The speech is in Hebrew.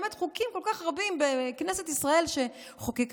באמת חוקים כל כך רבים שכנסת ישראל חוקקה